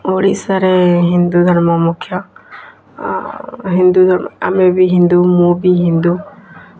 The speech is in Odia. ଓଡ଼ିଶାରେ ହିନ୍ଦୁ ଧର୍ମ ମୁଖ୍ୟ ଆଉ ହିନ୍ଦୁ ଧର୍ମ ଆମେ ବି ହିନ୍ଦୁ ମୁଁ ବି ହିନ୍ଦୁ